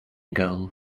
girl